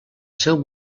seu